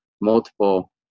multiple